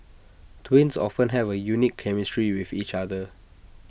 twins often have A unique chemistry with each other